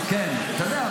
אתה יודע,